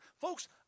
Folks